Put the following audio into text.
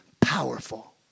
powerful